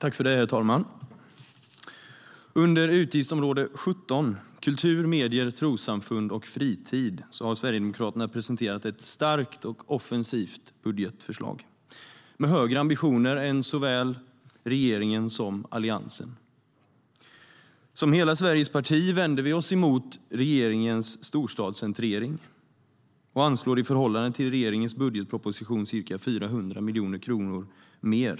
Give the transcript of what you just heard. Herr talman! Under utgiftsområde 17, Kultur, medier, trossamfund och fritid, har Sverigedemokraterna presenterat ett starkt och offensivt budgetförslag med högre ambitioner än såväl regeringen som Alliansen. Som hela Sveriges parti vänder vi oss emot regeringens storstadscentrering och anslår i förhållande till regeringens budgetproposition ca 400 miljoner kronor mer.